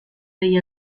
degli